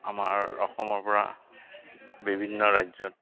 আমাৰ অসমৰপৰা বিভিন্ন ৰাজ্যত